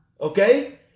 Okay